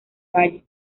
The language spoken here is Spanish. valle